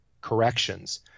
corrections